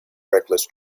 reckless